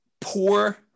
Poor